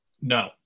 No